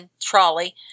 trolley